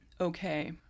okay